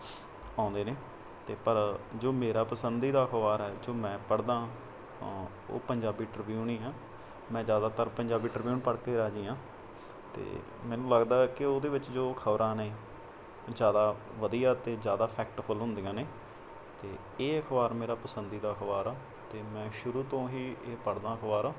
ਆਉਂਦੇ ਨੇ ਅਤੇ ਪਰ ਜੋ ਮੇਰਾ ਪਸੰਦੀਦਾ ਅਖਬਾਰ ਹੈ ਜੋ ਮੈਂ ਪੜ੍ਹਦਾ ਉਹ ਪੰਜਾਬੀ ਟ੍ਰਿਬਿਊਨ ਹੀ ਆ ਮੈਂ ਜ਼ਿਆਦਾਤਰ ਪੰਜਾਬੀ ਟ੍ਰਬਿਊਨ ਪੜ੍ਹ ਕੇ ਰਾਜੀ ਹਾਂ ਅਤੇ ਮੈਨੂੰ ਲੱਗਦਾ ਕਿ ਉਹਦੇ ਵਿੱਚ ਜੋ ਖਬਰਾਂ ਨੇ ਜ਼ਿਆਦਾ ਵਧੀਆ ਅਤੇ ਜ਼ਿਆਦਾ ਫੈਕਟਫੁੱਲ ਹੁੰਦੀਆਂ ਨੇ ਅਤੇ ਇਹ ਅਖਬਾਰ ਮੇਰਾ ਪਸੰਦੀਦਾ ਅਖਬਾਰ ਆ ਅਤੇ ਮੈਂ ਸ਼ੁਰੂ ਤੋਂ ਹੀ ਇਹ ਪੜ੍ਹਦਾ ਅਖਬਾਰ